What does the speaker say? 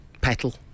Petal